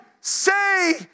say